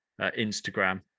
Instagram